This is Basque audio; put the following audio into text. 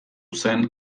zen